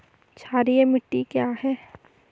क्षारीय मिट्टी क्या है?